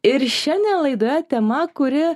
ir šiandien laida tema kuri